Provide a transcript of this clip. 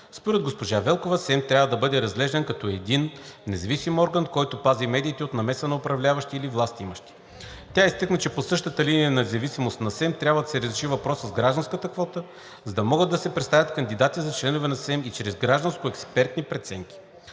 Според госпожа Велкова, СЕМ трябва да бъде разглеждан като един независим орган, който пази медиите от намеса на управляващи или властимащи. Тя изтъкна, че по същата линия на независимост на СЕМ трябва да се разреши въпросът с гражданската квота, за да могат да се представят канадидати за членове на СЕМ и чрез гражданско-експертни преценки.